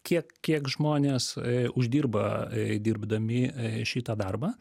kiek kiek žmonės uždirba dirbdami šitą darbą